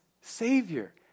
Savior